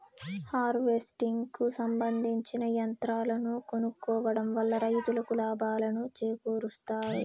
harvesting కు సంబందించిన యంత్రాలను కొనుక్కోవడం వల్ల రైతులకు లాభాలను చేకూరుస్తాయి